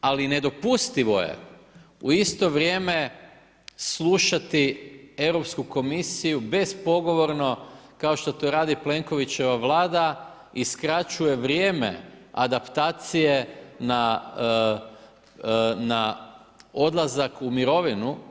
Ali nedopustivo je u isto vrijeme slušati Europsku komisiju bezpogovorno kao što to radi Plenkovićeva Vlada i skraćuje vrijeme adaptacije na odlazak u mirovinu.